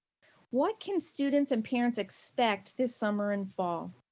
what can students and parents expect this summer and fall?